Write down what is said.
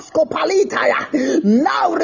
Now